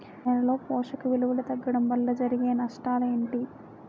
నేలలో పోషక విలువలు తగ్గడం వల్ల జరిగే నష్టాలేంటి?